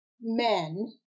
men